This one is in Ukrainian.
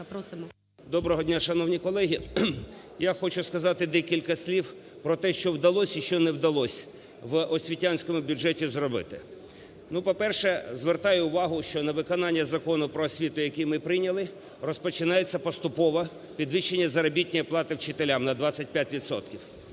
Доброго дня, шановні колеги! Я хочу сказати декілька слів про те, що вдалося і що не вдалось в освітянському бюджеті зробити. По-перше, звертаю увагу, що на виконання Закону "Про освіту", який ми прийняли, розпочинається поступове підвищення заробітної плати вчителям на 25